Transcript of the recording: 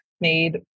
made